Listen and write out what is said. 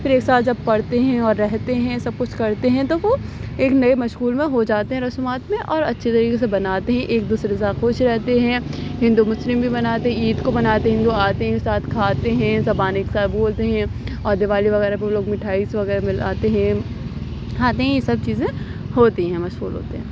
پھر ایک ساتھ جب پڑھتے ہیں اور رہتے ہیں سب کچھ کرتے ہیں تو وہ ایک نئے مشغول میں ہو جاتے ہیں رسومات میں اور اچھے طریقے بناتے ہیں ایک دوسرے کے ساتھ خوش رہتے ہیں ہندو مسلم بھی مناتے ہیں عید کو بناتے ہیں وہ آتے ہیں ساتھ کھاتے ہیں زبان ایک سا بولتے ہیں اور دیوالی وغیرہ پہ وہ لوگ مٹھائی وغیرہ لاتے ہیں کھاتے ہیں یہ سب چیزیں ہوتی ہے مشغول ہوتے ہیں